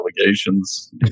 allegations